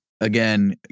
Again